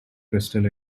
crystal